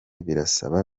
birasaba